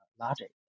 logic